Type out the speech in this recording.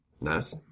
Nice